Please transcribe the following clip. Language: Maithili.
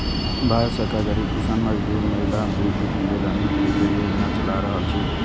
भारत सरकार गरीब, किसान, मजदूर, महिला, बुजुर्ग लेल अनेक वित्तीय योजना चला रहल छै